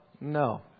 no